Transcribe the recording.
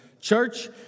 Church